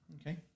Okay